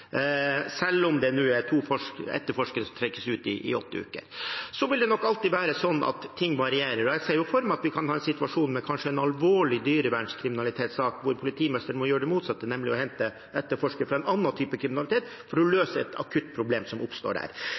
selv om det nå er to etterforskere som trekkes ut i åtte uker. Så vil det nok alltid være sånn at ting varierer, og jeg ser for meg at vi kan få en situasjon med en alvorlig dyrekriminalitetssak hvor politimesteren må gjøre det motsatte, nemlig hente etterforskere fra annen type kriminalitet for å løse et akutt problem som oppstår der.